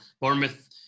Bournemouth